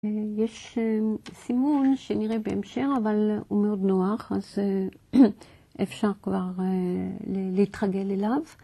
יש סימון שנראה בהמשך, אבל הוא מאוד נוח, אז אפשר כבר להתרגל אליו.